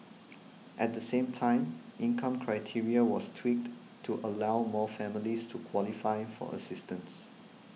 at the same time income criteria was tweaked to allow more families to qualify for assistance